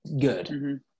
good